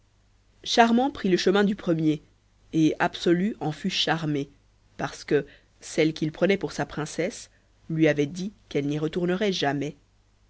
charmant prit le chemin du premier et absolu en fut charmé parce que celle qu'il prenait pour la princesse lui avait dit qu'elle n'y retournerait jamais